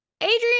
Adrian